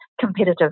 competitive